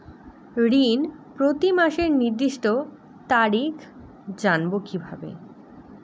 ঋণ প্রতিমাসের নির্দিষ্ট তারিখ জানবো কিভাবে?